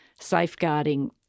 safeguarding